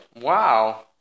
Wow